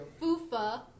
Fufa